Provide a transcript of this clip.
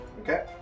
Okay